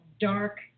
dark